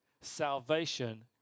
salvation